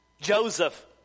Joseph